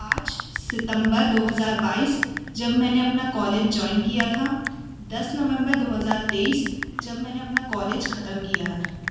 पाँच सितम्बर दो हजार बाईस जब मैंने अपना कॉलेज जॉइन किया था दस नवम्बर दो हजार तेईस जब मैंने अपना कॉलेज खत्म किया है